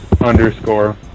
underscore